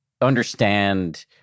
understand